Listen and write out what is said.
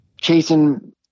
chasing